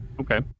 okay